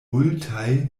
multaj